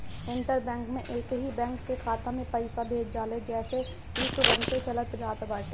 inter bank में एकही bank कअ खाता में पईसा भेज जाला जेसे इ तुरंते चल जात बाटे